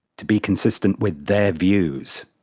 to be consistent with their views,